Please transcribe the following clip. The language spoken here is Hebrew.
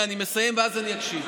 אני רוצה להגיד